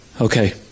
Okay